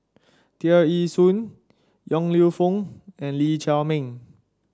Tear Ee Soon Yong Lew Foong and Lee Chiaw Meng